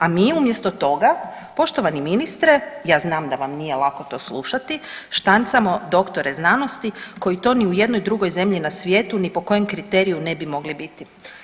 A mi umjesto toga poštovani ministre ja znam da vam nije lako to slušati, štancamo doktore znanosti koji to ni u jednoj drugoj zemlji na svijetu ni po kojem kriteriju ne bi mogli biti.